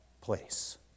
place